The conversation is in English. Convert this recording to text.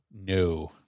No